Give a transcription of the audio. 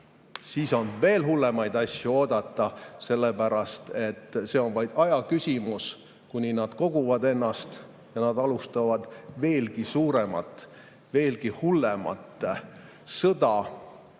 siis on veel hullemaid asju oodata. On vaid ajaküsimus, kuni nad koguvad ennast ja alustavad veelgi suuremat, veelgi hullemat sõda.